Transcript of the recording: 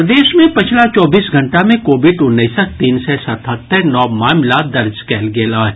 प्रदेश मे पछिला चौबीस घंटा मे कोविड उन्नैसक तीन सय सतहत्तरि नव मामिला दर्ज कयल गेल अछि